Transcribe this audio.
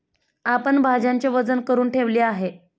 आपण भाज्यांचे वजन करुन ठेवले आहे